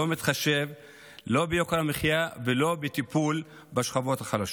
מתחשב ביוקר המחיה ולא בטיפול בשכבות החלשות.